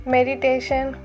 Meditation